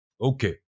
Okay